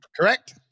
Correct